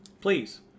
Please